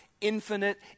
infinite